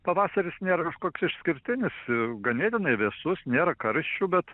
pavasaris nėr kažkoks išskirtinis ganėtinai vėsus nėra karščių bet